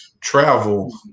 travel